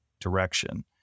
direction